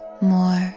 more